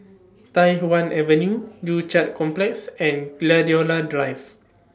Tai Hwan Avenue Joo Chiat Complex and Gladiola Drive